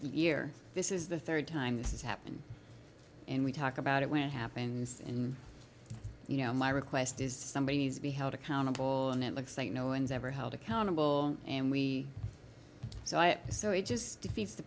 year this is the third time this happened and we talk about it when it happens in my request somebody needs to be held accountable and it looks like no one's ever held accountable and we so i so it just defeats the